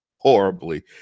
Horribly